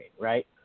right